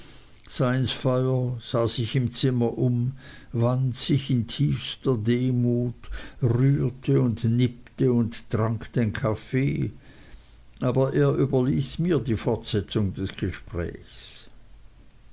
sah sich im zimmer um wand sich in tiefster demut rührte und nippte und trank den kaffee aber er überließ mir die fortsetzung des gesprächs